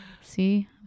see